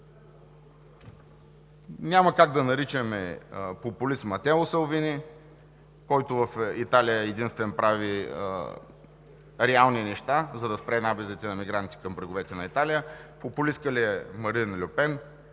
Няма как да наричаме популист Матео Салвини, който в Италия единствен прави реални неща, за да спре набезите на мигранти към бреговете на Италия. Популистка ли е Марин Люпен,